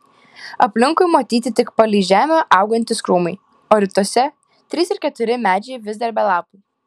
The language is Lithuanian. aplinkui matyti tik palei žemę augantys krūmai o rytuose trys ar keturi medžiai vis dar be lapų